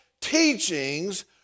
teachings